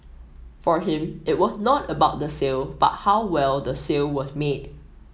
for him it was not about the sale but how well the sale was made